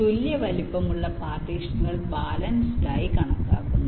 തുല്യ വലുപ്പത്തിലുള്ള പാർട്ടീഷനുകൾ ബാലൻസ്ഡ് ആയി കണക്കാക്കുന്നു